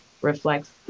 reflects